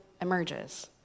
emerges